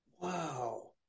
Wow